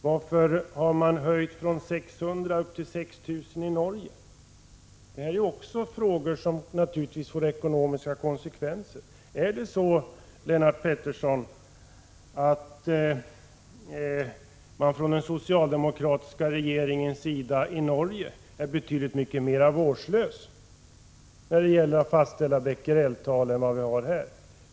Varför har Norge höjt sitt gränsvärde från 600 till 6 000 Bq? Detta är ju också frågor som får ekonomiska konsekvenser. Är det så, Lennart Pettersson, att den socialdemokratiska regeringen i Norge är betydligt mer vårdslös när det gäller att fastställa gränsvärdena än vad vi är i Sverige?